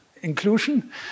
inclusion